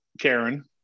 Karen